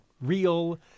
real